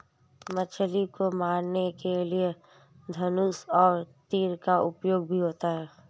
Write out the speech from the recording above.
मछली को मारने के लिए धनुष और तीर का उपयोग भी होता है